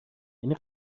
یعنی